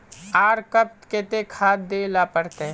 आर कब केते खाद दे ला पड़तऐ?